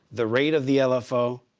the rate of the lfo.